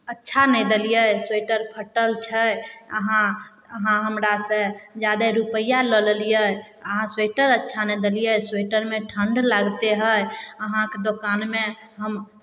अच्छा नहि देलियै स्वेटर फटल छै अहाँ अहाँ हमरासँ ज्यादे रुपैआ लऽ लेलियै अहाँ स्वेटर अच्छा नहि देलियै स्वेटरमे ठण्ढ लागिते हइ अहाँके दोकानमे हम